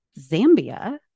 Zambia